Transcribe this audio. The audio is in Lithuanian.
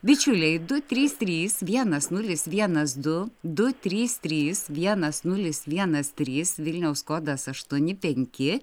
bičiuliai du trys trys vienas nulis vienas du du trys trys vienas nulis vienas trys vilniaus kodas aštuoni penki